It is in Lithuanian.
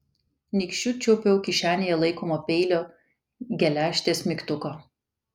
nykščiu čiuopiau kišenėje laikomo peilio geležtės mygtuką